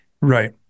Right